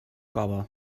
cove